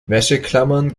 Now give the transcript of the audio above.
wäscheklammern